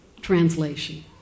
translation